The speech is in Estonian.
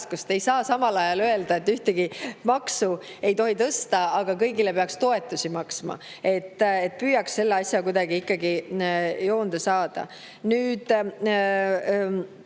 Ei saa samal ajal öelda, et ühtegi maksu ei tohi tõsta, aga kõigile peaks toetusi maksma. Püüaks selle asja ikkagi kuidagi joonde saada. Tõepoolest,